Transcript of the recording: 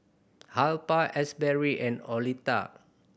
Alpha Asberry and Oleta